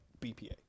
BPA